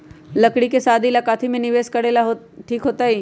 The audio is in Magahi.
लड़की के शादी ला काथी में निवेस करेला ठीक होतई?